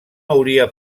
hauria